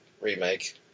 remake